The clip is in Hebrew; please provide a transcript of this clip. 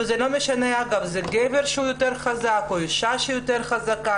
וזה לא משנה אם זה גבר שיותר חזק או אישה שיותר חזקה,